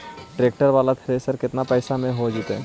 Tractor बाला thresher केतना पैसा में हो जैतै?